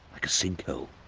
like a sinkhole. err,